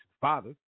Father